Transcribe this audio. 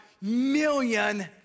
million